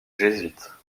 jésuites